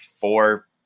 four